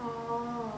oh